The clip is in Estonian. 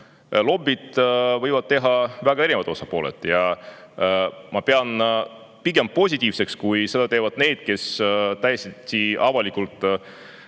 lobi võivad teha väga erinevad osapooled ja ma pean pigem positiivseks, kui seda teevad need, kes täiesti avalikult